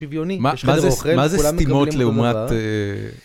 דמיוני, מה זה סתימות לעומת